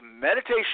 meditation